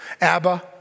Abba